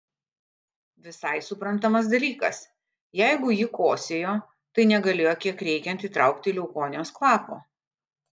visai suprantamas dalykas jeigu ji kosėjo tai negalėjo kiek reikiant įtraukti leukonijos kvapo